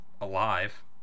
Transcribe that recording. Alive